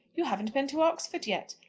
you haven't been to oxford yet,